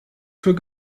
für